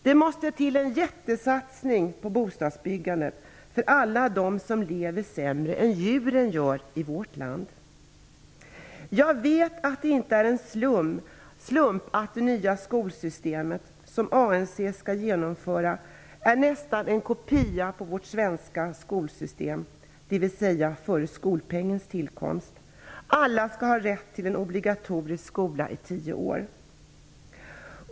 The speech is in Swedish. Det måste till en jättesatsning på byggande av bostäder för alla dem som lever sämre än vad djuren gör i vårt land. Jag vet att det inte är en slump att det nya skolsystemet, som ANC skall införa, nästan är en kopia av vårt svenska skolsystem, dvs. före skolpengens tillkomst. Alla skall ha rätt till en obligatorisk skola i tio år.